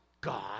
God